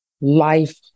life